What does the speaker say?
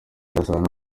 gasana